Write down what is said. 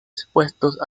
expuestos